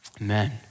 Amen